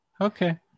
okay